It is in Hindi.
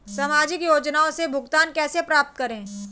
सामाजिक योजनाओं से भुगतान कैसे प्राप्त करें?